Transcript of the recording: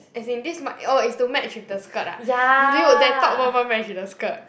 as in this what orh is to match with the skirt ah dude that top won't even match with the skirt